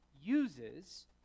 uses